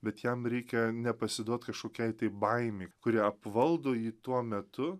bet jam reikia nepasiduot kašokiai tai baimei kuri apvaldo jį tuo metu